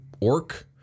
orc